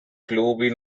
globe